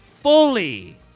Fully